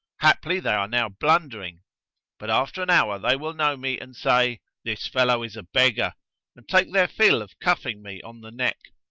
haply they are now blundering but after an hour they will know me and say, this fellow is a beggar and take their fill of cuffing me on the neck.